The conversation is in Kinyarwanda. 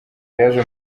yaje